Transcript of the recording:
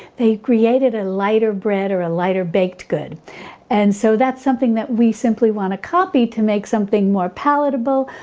they created a lighter bread or a lighter baked good and so that's something that we simply want to copy to make something more palatable,